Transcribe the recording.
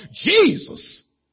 Jesus